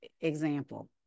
example